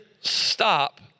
stop